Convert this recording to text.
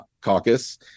caucus